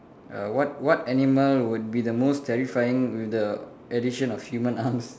err what what animal would be the most terrifying with the addition of human arms